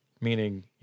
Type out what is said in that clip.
meaning